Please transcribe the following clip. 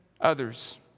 others